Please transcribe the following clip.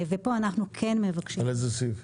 ופה אנחנו כן מבקשים --- על איזה סעיף?